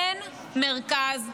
אין מרכז חיים.